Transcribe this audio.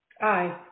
Aye